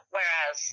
Whereas